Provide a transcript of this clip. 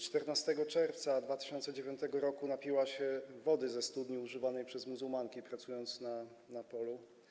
14 czerwca 2009 r. napiła się wody ze studni używanej przez muzułmanki, pracując na polu.